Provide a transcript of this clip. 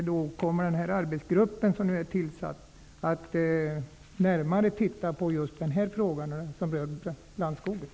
Kommer den arbetsgrupp som är tillsatt att närmare undersöka just den fråga som rör lantskogen?